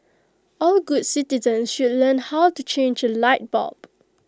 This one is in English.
all good citizens should learn how to change A light bulb